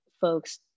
folks